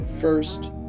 First